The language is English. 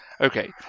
okay